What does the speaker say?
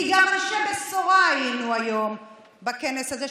כי גם אנשי בשורה היינו היום בכנס הזה,